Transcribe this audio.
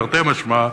תרתי משמע,